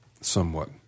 somewhat